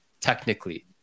technically